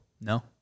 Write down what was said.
No